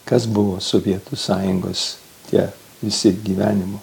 kas buvo sovietų sąjungos tie visi gyvenimu